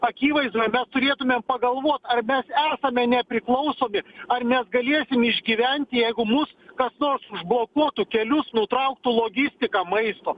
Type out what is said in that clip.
akivaizdoj ar turėtumėm pagalvot ar mes esame nepriklausomi ar mes galėsim išgyventi jeigu mus kas nors užblokuotų kelius nutrauktų logistiką maisto